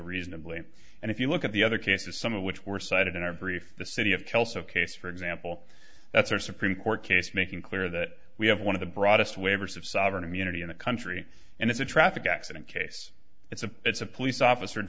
reasonably and if you look at the other cases some of which were cited in our brief the city of kelso case for example that's our supreme court case making clear that we have one of the broadest waivers of sovereign immunity in the country and it's a trap it accident case it's a it's a police officer